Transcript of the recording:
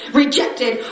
rejected